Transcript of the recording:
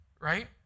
Right